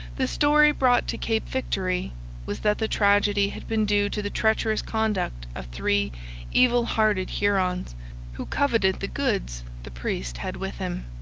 the story brought to cape victory was that the tragedy had been due to the treacherous conduct of three evil-hearted hurons who coveted the goods the priest had with him.